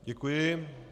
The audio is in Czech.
Děkuji.